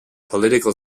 political